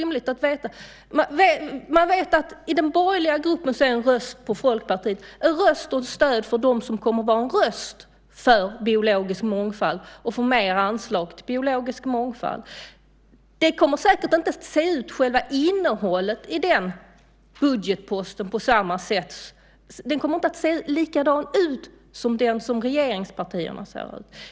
Man vet att i den borgerliga gruppen är en röst på Folkpartiet ett stöd för dem som kommer att vara en röst för biologisk mångfald och för mer anslag till biologisk mångfald. Själva innehållet i den budgetposten kommer säkert inte att se likadan ut som den som regeringspartierna har.